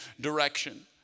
Direction